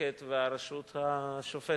המחוקקת לרשות השופטת.